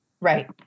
Right